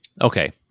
Okay